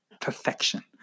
perfection